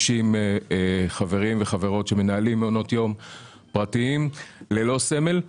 חברים וחברות שמנהלים מעונות יום פרטיים ללא סמל.